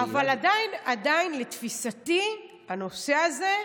אבל לתפיסתי, בנושא הזה,